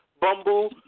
Bumble